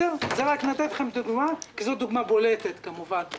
אני רק מציג לכם את הדוגמה כי זו דוגמה בולטת כמובן.